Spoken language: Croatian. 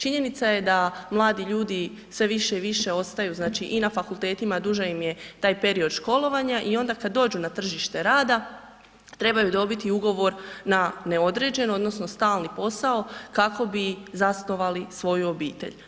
Činjenica je da mladi ljudi sve više i više ostaju znači i na fakultetima, znači duže im je taj period školovanja i onda kad dođu na tržište rada trebaju dobiti ugovor na neodređeno odnosno stalni posao kako bi zasnovali svoju obitelj.